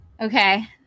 Okay